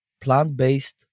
plant-based